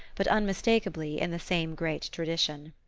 but unmistakably in the same great tradition.